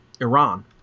Iran